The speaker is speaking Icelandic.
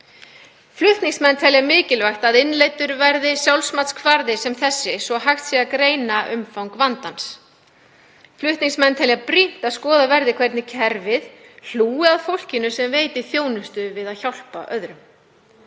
Flutningsmenn telja mikilvægt að innleiddur verði sjálfsmatskvarði sem þessi svo að hægt sé að greina umfang vandans. Flutningsmenn telja brýnt að skoðað verði hvernig kerfið hlúi að fólkinu sem veiti þjónustu við að hjálpa öðrum.